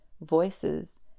voices